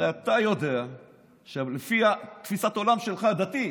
הרי אתה יודע שלפי תפיסת העולם שלך, הדתית,